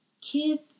Kids